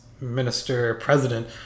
minister-president